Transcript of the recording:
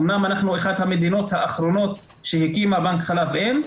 אמנם אנחנו אחת המדינות האחרונות שהקימה בנק חלב אם,